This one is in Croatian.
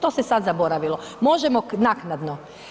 To se sad zaboravilo, možemo naknadno.